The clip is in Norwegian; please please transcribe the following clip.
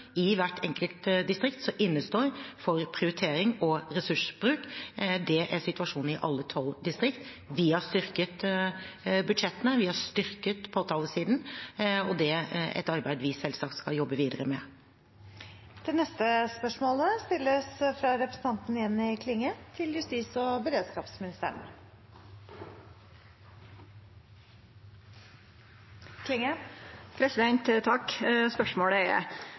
i hvert enkelt distrikt som innestår for prioritering og ressursbruk. Det er situasjonen i alle 12 distrikt. Vi har styrket budsjettene, og vi har styrket påtalesiden, og det er et arbeid vi selvsagt skal jobbe videre med. «Riksadvokaten er bekymra for utviklinga som over tid er registrert for oppklaringsprosenten totalt og